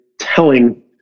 telling